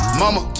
mama